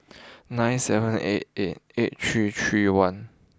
nine seven eight eight eight three three one